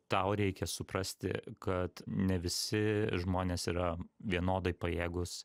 tau reikia suprasti kad ne visi žmonės yra vienodai pajėgūs